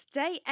day